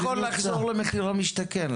האם נכון לחזור למחיר למשתכן,